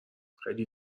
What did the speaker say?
خیلی